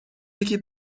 یکی